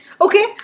Okay